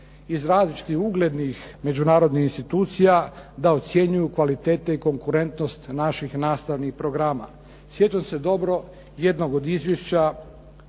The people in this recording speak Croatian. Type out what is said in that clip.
iz različitih uglednih međunarodnih institucija da ocjenjuju kvalitete i konkurentnost naših nastavnih programa. Sjećam se dobro jednog od izvješća.